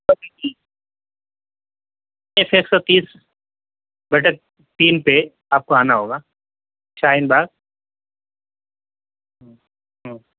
F ایک سو تیس بٹے تین پہ آپ کو آنا ہوگا شاہین باغ ہوں ہوں